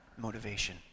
motivation